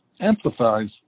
empathize